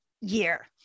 year